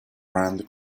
rand